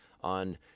on